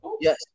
Yes